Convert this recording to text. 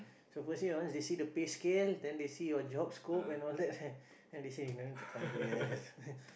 so first year once they see your pay scale then they see your job scope and all that then they say you don't need to come already